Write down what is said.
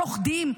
שוחדיים,